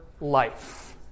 life